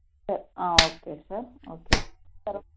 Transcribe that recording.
sir okay sir okay sir